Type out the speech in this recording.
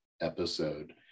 episode